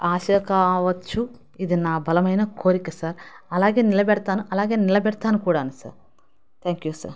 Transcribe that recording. ఆశ కావచ్చు ఇది నా బలమైన కోరిక సార్ అలాగే నిలబెడతాను అలాగే నిలబెడతాను కూడాను సార్ థ్యాంక్ యూ సార్